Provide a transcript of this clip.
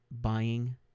buying